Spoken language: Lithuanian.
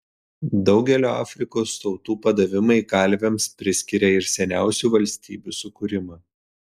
daugelio afrikos tautų padavimai kalviams priskiria ir seniausių valstybių sukūrimą